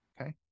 Okay